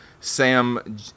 Sam